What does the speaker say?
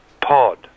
Pod